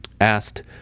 asked